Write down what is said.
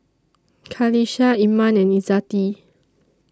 Qalisha Iman and Izzati